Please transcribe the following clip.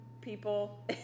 people